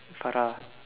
Farah